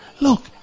look